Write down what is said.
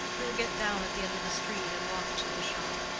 we will get down at the end of the street and walk to the shop.